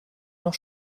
noch